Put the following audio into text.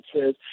says